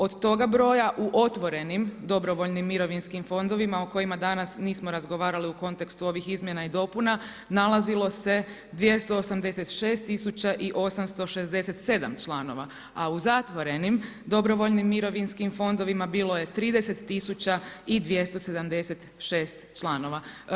Od toga broja u otvorenim dobrovoljnim mirovinskim fondovima o kojima danas nismo razgovarali u kontekstu ovih izmjena i dopuna nalazilo se 286 tisuća i 867 članova a u zatvorenim dobrovoljnim mirovinskim fondovima bilo je 30 tisuća i 276 članova.